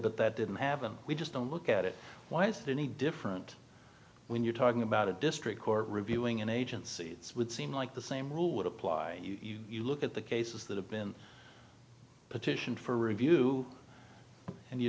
but that didn't happen we just don't look at it why is it any different when you're talking about a district court reviewing an agency would seem like the same rule would apply you look at the cases that have been petitioned for review and you